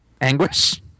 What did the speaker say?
Anguish